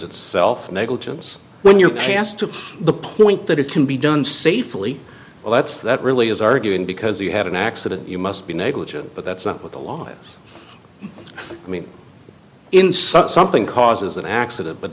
itself negligence when you pass to the point that it can be done safely well that's that really is arguing because you had an accident you must be negligent but that's not what the law is i mean in such something causes an accident but